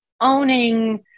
owning